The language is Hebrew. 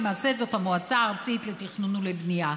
למעשה זאת המועצה הארצית לתכנון ובנייה.